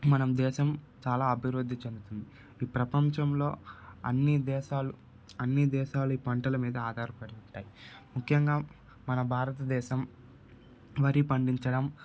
మన దేశం చాలా అభివృద్ధి చెందుతుంది ఈ ప్రపంచంలో అన్నీ దేశాలు అన్నీ దేశాలు ఈ పంటలు మీద ఆధారపడి ఉంటాయి ముఖ్యంగా మన భారతదేశం వరి పండించడం